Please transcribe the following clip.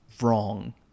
Wrong